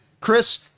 Chris